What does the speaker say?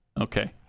Okay